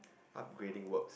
upgrading works